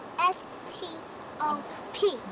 S-T-O-P